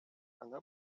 она